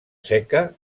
seca